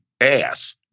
ass